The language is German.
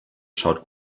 schaut